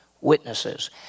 witnesses